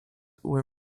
were